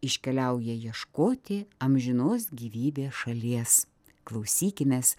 iškeliauja ieškoti amžinos gyvybės šalies klausykimės